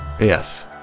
Yes